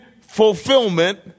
fulfillment